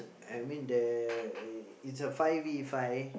I mean there i~ it's a five V five